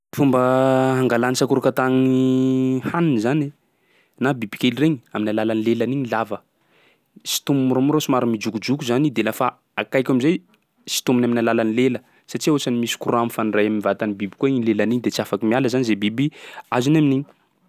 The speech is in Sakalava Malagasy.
Fomba hangalan'ny sakorokatà gny haniny zany na bibikely regny amin'ny alalan'ny lelany igny lava. Sontominy moramora, somary mijokojoko zany de lafa akaiky am'zay, sontominy amin'ny alalan'ny lela satsia ohatrany misy courant mifandray am'vatan'ny biby koa igny lelany igny de tsy afaky miala zany zay biby azony amin'igny.